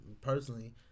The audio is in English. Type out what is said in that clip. Personally